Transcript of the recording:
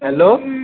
hello